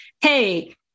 hey